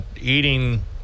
eating